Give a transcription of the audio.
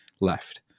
left